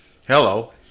hello